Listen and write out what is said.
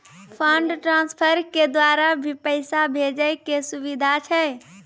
Fund transfer के द्वारा भी पैसा भेजै के सुविधा छै?